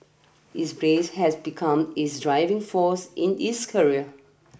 his grief has become his driving force in is career